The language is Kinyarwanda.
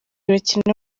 bakina